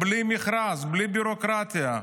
בלי מכרז, בלי ביורוקרטיה.